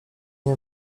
nie